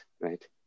right